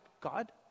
God